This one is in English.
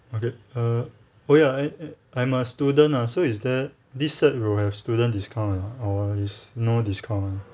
okay err oh ya I I I'm a student ah so is there this set will have student discount or not or is no discount [one]